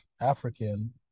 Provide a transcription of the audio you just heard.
african